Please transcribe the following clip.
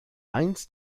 eins